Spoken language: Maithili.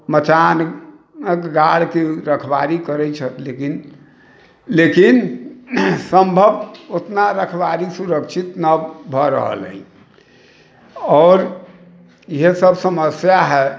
मचान गाड़ के रखवारी करै छथि लेकिन सम्भव ओतना रखवारी सुरक्षित ना भ रहल अय आओर इएह सब समस्या है